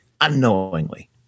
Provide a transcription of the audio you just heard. unknowingly